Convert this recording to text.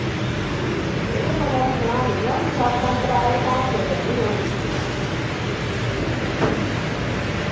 केह् पता हू'न बनानी गै होनी सतसंग करा दे धाम तै करनी गै होनी